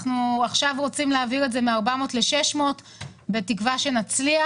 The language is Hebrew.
עכשיו אנחנו רוצים להעביר את זה מ-400 ל-600 בתקווה שנצליח.